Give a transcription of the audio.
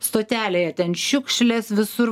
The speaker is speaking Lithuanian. stotelėje ten šiukšlės visur